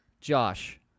Josh